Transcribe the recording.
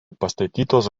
pastatytos